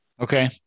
okay